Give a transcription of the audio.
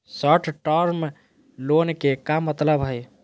Short term loan के का मतलब हई?